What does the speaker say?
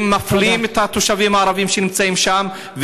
הם מפלים את התושבים הערבים שנמצאים שם,